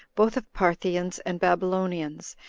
both of parthians and babylonians,